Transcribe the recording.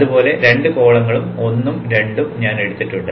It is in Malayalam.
അതുപോലെ 2 കോളങ്ങളും 1 ഉം 2 ഉം ഞാൻ എടുത്തിട്ടുണ്ട്